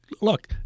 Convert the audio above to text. Look